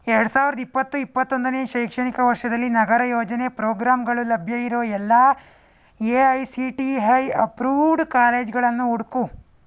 ಎರಡು ಸಾವಿರದ ಇಪ್ಪತ್ತು ಇಪ್ಪತ್ತೊಂದನೇ ಶೈಕ್ಷಣಿಕ ವರ್ಷದಲ್ಲಿ ನಗರ ಯೋಜನೆ ಪ್ರೋಗ್ರಾಮ್ಗಳು ಲಭ್ಯ ಇರೋ ಎಲ್ಲ A I C T E approved ಕಾಲೇಜ್ಗಳನ್ನು ಹುಡ್ಕು